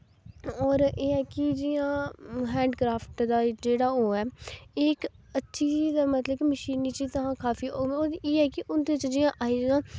होर एह् ऐ कि जियां हैंड क्राफ्ट दा जेह्ड़ा ओह् ऐ एह् इक अच्छी चीज़ ऐ मतलब कि मशीनी चीजां काफी ओह् ऐ कि उं'दे च जियां